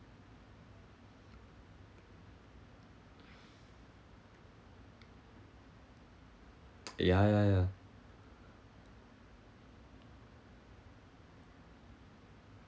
ya ya ya